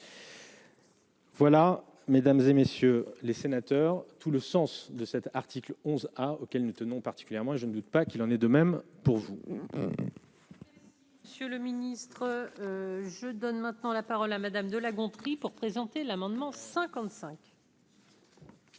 Voilà, Mesdames et messieurs les sénateurs tout le sens de cet article 11 à auxquels nous tenons particulièrement et je ne doute pas qu'il en est de même pour vous. Monsieur le ministre, je donne maintenant la parole à Madame de La Gontrie, pour présenter l'amendement 55. Merci